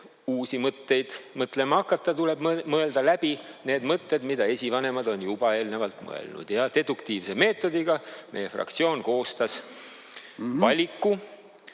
uusi mõtteid mõtlema hakata, tuleb mõelda läbi need mõtted, mida esivanemad on juba eelnevalt mõelnud. Deduktiivse meetodiga meie fraktsioon koostas valiku